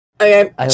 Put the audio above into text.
Okay